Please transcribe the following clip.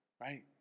Right